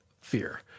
fear